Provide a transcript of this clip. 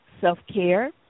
self-care